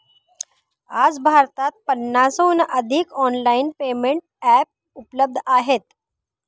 आज भारतात पन्नासहून अधिक ऑनलाइन पेमेंट एप्स उपलब्ध आहेत